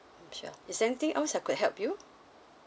sure is there anything else that I could help you